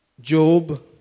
Job